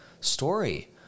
story